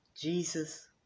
Jesus